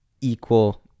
equal